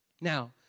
Now